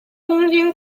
东京